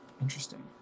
Interesting